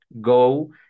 go